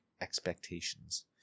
expectations